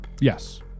Yes